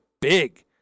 big